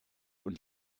und